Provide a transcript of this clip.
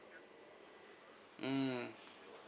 mm